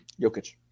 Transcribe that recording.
Jokic